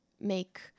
make